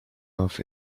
off